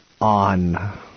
on